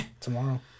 Tomorrow